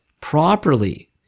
properly